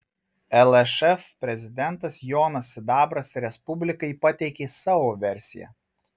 lšf prezidentas jonas sidabras respublikai pateikė savo versiją